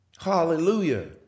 Hallelujah